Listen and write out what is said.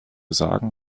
sagen